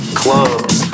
clubs